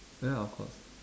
ya of course